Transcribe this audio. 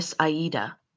Aida